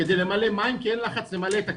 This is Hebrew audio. כדי למלא מים, כי אין לחץ למלא את הכבאית,